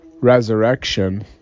resurrection